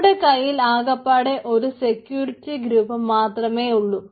നമ്മുടെ കൈയിൽ ആകപ്പാടെ ഒരു സെക്യൂരിറ്റി ഗ്രൂപ്പ് മാത്രമേ ഉള്ളു